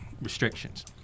restrictions